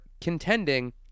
contending